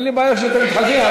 אין לי בעיה שאתם מתחלפים,